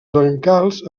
brancals